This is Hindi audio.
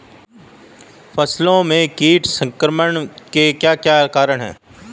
फसलों में कीट संक्रमण के क्या क्या कारण है?